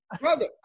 brother